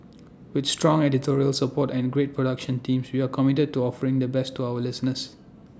with strong editorial support and great production teams we are committed to offering the best to our listeners